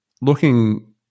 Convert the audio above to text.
looking